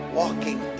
walking